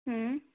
ம்